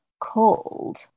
called